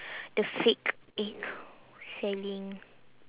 the fake egg selling